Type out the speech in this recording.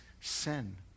sin